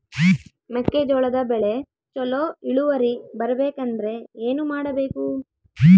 ಮೆಕ್ಕೆಜೋಳದ ಬೆಳೆ ಚೊಲೊ ಇಳುವರಿ ಬರಬೇಕಂದ್ರೆ ಏನು ಮಾಡಬೇಕು?